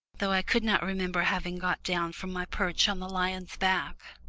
though i could not remember having got down from my perch on the lion's back.